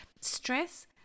stress